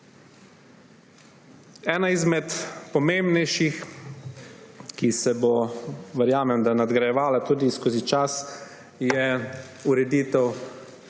Ena izmed pomembnejših, ki se bo, verjamem, nadgrajevala tudi skozi čas, je ureditev